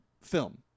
film